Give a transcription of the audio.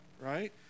right